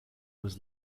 was